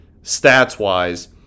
stats-wise